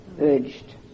urged